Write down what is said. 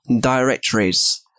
directories